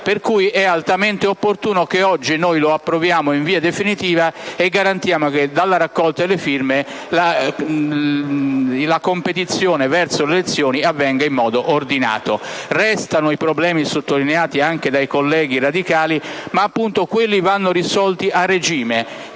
pertanto, altamente opportuno che oggi noi lo approviamo in via definitiva e garantiamo che, a partire dalla raccolta delle firme, la competizione verso le elezioni avvenga in modo ordinato. Restano i problemi sottolineati anche dai colleghi radicali, ma quelli dovranno essere risolti a regime.